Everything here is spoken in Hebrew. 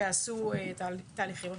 ועשו את התהליכים.